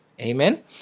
Amen